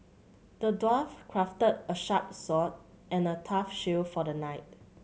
the dwarf crafted a sharp sword and a tough shield for the knight